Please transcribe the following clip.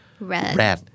Red